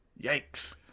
yikes